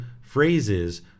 phrases